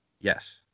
Yes